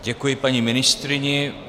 Děkuji paní ministryni.